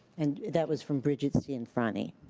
and that was from brigit cianfrani.